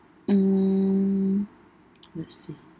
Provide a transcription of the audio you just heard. um let's see